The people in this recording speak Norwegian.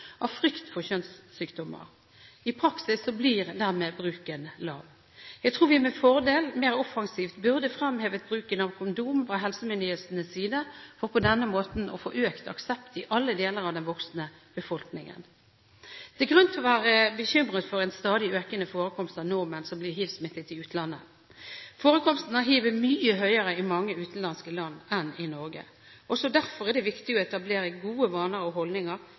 av frykt for kjønnssykdommer. I praksis blir dermed bruken lav. Jeg tror vi med fordel mer offensivt burde fremhevet bruken av kondom fra helsemyndighetenes side, for på denne måten å få økt aksept i alle deler av den voksne befolkningen. Det er grunn til å være bekymret for en stadig økende forekomst av nordmenn som blir hivsmittet i utlandet. Forekomsten av hiv er mye høyere i mange utenlandske land enn i Norge. Også derfor er det viktig å etablere gode vaner og holdninger